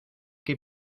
que